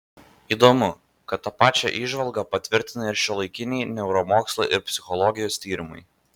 įdomu kad tą pačią įžvalgą patvirtina ir šiuolaikiniai neuromokslo ir psichologijos tyrimai